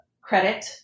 credit